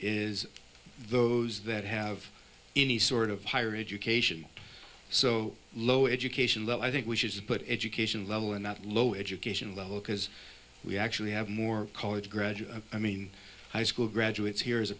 is those that have any sort of higher education so low education that i think we should put education level in that low education level because we actually have more college graduate i mean high school graduates here as a